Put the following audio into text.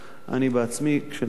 אני בעצמי, כשלמדתי